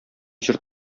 җыр